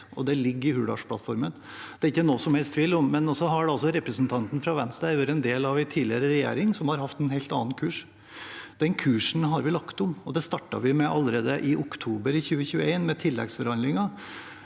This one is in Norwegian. det ligger i Hurdalsplattformen. Det er det ikke noen som helst tvil om. Representantens parti, Venstre, har vært del av en tidligere regjering som har hatt en helt annen kurs. Den kursen har vi lagt om, og det startet vi med allerede i oktober 2021, med tilleggsforhandlingene.